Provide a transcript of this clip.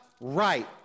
right